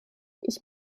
ich